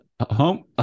home